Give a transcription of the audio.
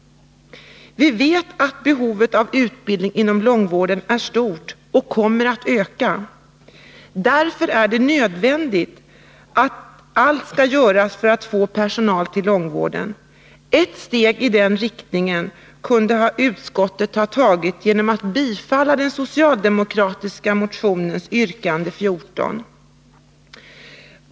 Vi vet att behovet av utbildning inom långvården är stort och kommer att öka. Därför är det nödvändigt att allt görs för att få personal till långvården. Ett steg i den riktningen kunde utskottet ha tagit genom att bifalla den socialdemokratiska motionens yrkande 14.